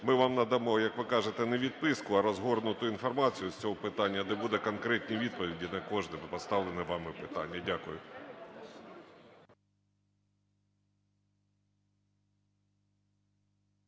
ми вам надамо, як ви кажете, не відписку, а розгорнуту інформацію з цього питання, де будуть конкретні відповіді на кожне поставлене вами питання. Дякую.